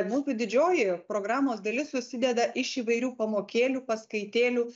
mūsų didžioji programos dalis susideda iš įvairių pamokėlių paskaitėlių